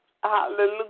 hallelujah